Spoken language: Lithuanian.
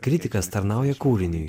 kritikas tarnauja kūriniui